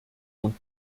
und